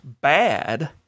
bad